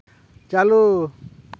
ᱪᱟᱞᱩ